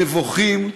נבוכים,